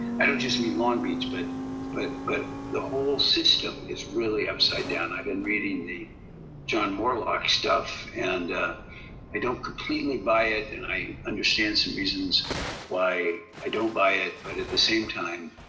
i don't just mean long beach, but but but the whole system is really upside down. i've been really the john morlock stuff, and i don't completely buy it, and i understand some reasons why i don't buy it. but at the same time,